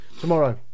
Tomorrow